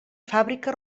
fàbrica